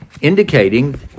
indicating